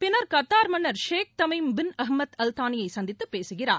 பின்னர் கத்தார் மன்னர் Sheikh Tamim bin Hamad Al தானியை சந்தித்து பேசுகிறார்